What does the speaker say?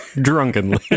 drunkenly